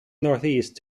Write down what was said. northeast